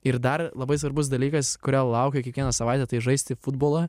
ir dar labai svarbus dalykas kurio laukiu kiekvieną savaitę tai žaisti futbolą